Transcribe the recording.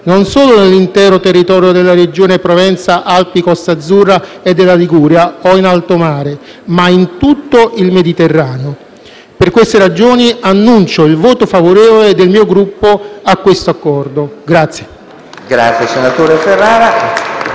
non solo nell'intero territorio della regione Provenza-Alpi-Costa Azzurra e della Liguria o in alto mare, ma in tutto il Mediterraneo. Per queste ragioni, annuncio il voto favorevole del mio Gruppo a questo Accordo. *(Applausi dal Gruppo